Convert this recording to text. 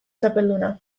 txapelduna